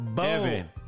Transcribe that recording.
Evan